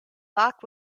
bock